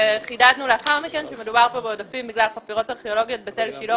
חידדנו לאחר מכן שמדובר כאן בעודפים בגלל חפירות ארכיאולוגיות בתל שילה,